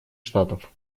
штатов